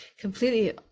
completely